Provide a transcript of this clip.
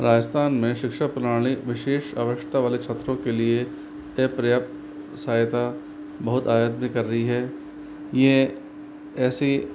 राजस्थान में शिक्षा प्रणाली विशेष आवश्यकता वाले छात्रों के लिए कई पर्याप्त सहायता बहुत आयात भी कर रही है ये ऐसी